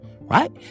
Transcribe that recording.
right